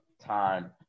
time